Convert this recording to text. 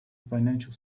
financial